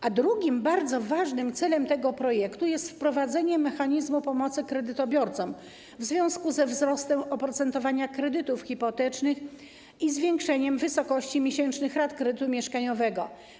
A drugim bardzo ważnym celem tego projektu jest wprowadzenie mechanizmu pomocy kredytobiorcom w związku ze wzrostem oprocentowania kredytów hipotecznych i zwiększeniem wysokości miesięcznych rat kredytu mieszkaniowego.